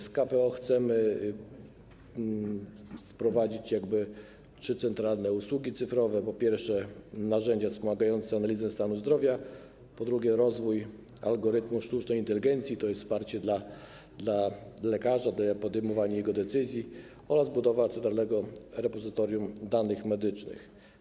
Z KPO chcemy wprowadzić trzy centralne usługi cyfrowe: po pierwsze, narzędzia wspomagające analizę stanu zdrowia, po drugie, rozwój algorytmu sztucznej inteligencji, tj. wsparcie dla lekarza, dla podejmowania przez niego decyzji, oraz budowę centralnego repozytorium danych medycznych.